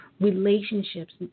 relationships